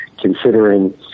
considering